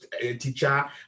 teacher